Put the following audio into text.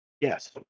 yes